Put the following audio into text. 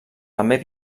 també